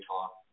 talk